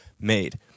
made